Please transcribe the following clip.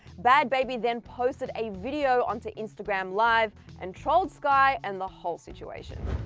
bhad bhabie then posted a video onto instagram live and trolled skai and the whole situation.